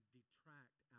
detract